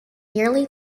nearly